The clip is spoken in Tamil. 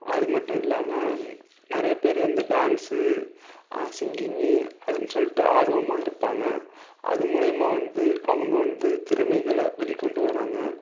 அது மட்டும் இல்லாமல் நிறைய பேர் வந்து டான்ஸு சிங்கிங்கு அதுன்னு சொல்லிட்டு ஆர்வமாக இருப்பாங்க அது மூலயமா வந்து அவங்க வந்து திறமைகளை வெளிக்கொண்டு வராங்க